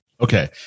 Okay